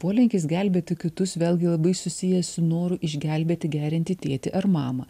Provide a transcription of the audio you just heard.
polinkis gelbėti kitus vėlgi labai susijęs su noru išgelbėti geriantį tėtį ar mamą